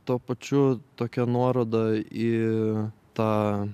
tuo pačiu tokia nuoroda į tą